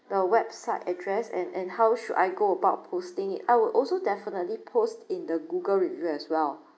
the website address and and how should I go about posting it I would also definitely post in the google review as well